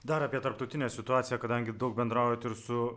dar apie tarptautinę situaciją kadangi daug bendraujat ir su